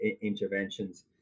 interventions